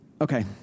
okay